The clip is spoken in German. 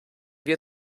wir